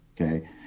okay